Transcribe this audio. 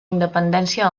independència